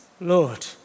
Lord